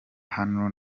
hano